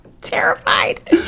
Terrified